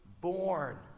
born